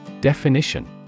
Definition